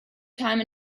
time